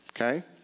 Okay